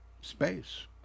space